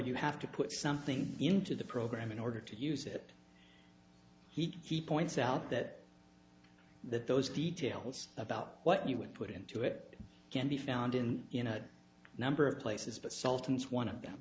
you have to put something into the program in order to use it he points out that that those details about what you would put into it can be found in in a number of places but sultans one of them